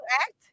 act